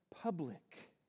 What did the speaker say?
public